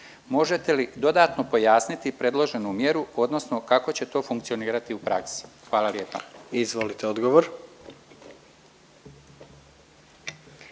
Možete li dodatno pojasniti predloženu mjeru odnosno kako će to funkcionirati u praksi? Hvala lijepa. **Jandroković,